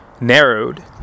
narrowed